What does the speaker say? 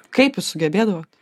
kaip jūs sugebėdavot